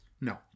No